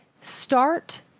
start